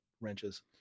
wrenches